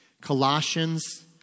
Colossians